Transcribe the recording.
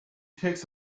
takes